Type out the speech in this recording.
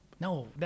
no